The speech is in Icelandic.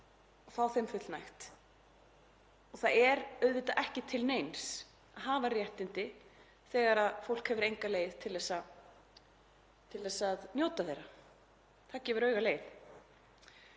og fá þeim fullnægt. Það er auðvitað ekki til neins að hafa réttindi þegar fólk hefur enga leið til að njóta þeirra. Það gefur augaleið.